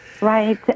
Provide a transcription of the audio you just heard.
right